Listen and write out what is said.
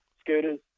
scooters